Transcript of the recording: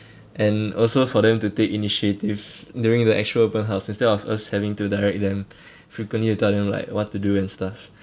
and also for them to take initiative during the actual open house instead of us having to direct them frequently and taught them like what to do and stuff